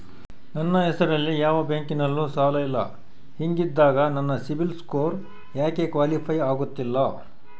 ನನ್ನ ಹೆಸರಲ್ಲಿ ಯಾವ ಬ್ಯಾಂಕಿನಲ್ಲೂ ಸಾಲ ಇಲ್ಲ ಹಿಂಗಿದ್ದಾಗ ನನ್ನ ಸಿಬಿಲ್ ಸ್ಕೋರ್ ಯಾಕೆ ಕ್ವಾಲಿಫೈ ಆಗುತ್ತಿಲ್ಲ?